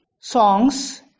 songs